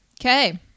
Okay